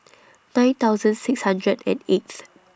nine thousand six hundred and eighth